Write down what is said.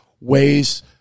ways